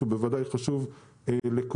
שהוא בוודאי חשוב לכולנו,